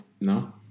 No